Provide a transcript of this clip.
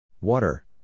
Water